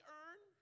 earn